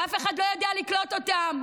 ואף אחד לא יודע לקלוט אותם.